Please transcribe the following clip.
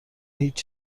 هیچ